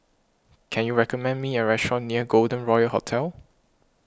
can you recommend me a restaurant near Golden Royal Hotel